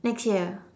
next year